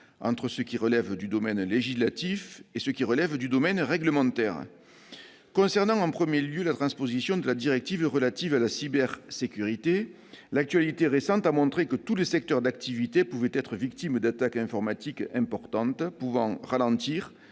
entre ce qui relève du domaine législatif ou du domaine réglementaire. Concernant la transposition de la directive relative à la cybersécurité, l'actualité récente a montré que tous les secteurs d'activité pouvaient être victimes d'attaques informatiques importantes, susceptibles